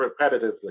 repetitively